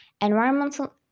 environmental